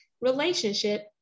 relationship